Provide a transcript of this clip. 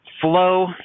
flow